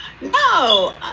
No